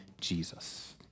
Jesus